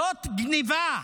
זאת גנבה.